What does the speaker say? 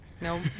no